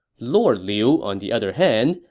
lord liu, on the other hand,